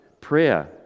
prayer